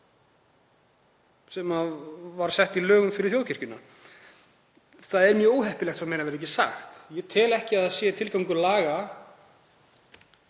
sem var sett í lög fyrir þjóðkirkjuna. Það er mjög óheppilegt svo ekki verði meira sagt. Ég tel ekki að það sé tilgangur laga